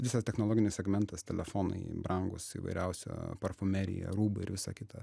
visas technologinis segmentas telefonai brangūs įvairiausia parfumerija rūbai ir visa kita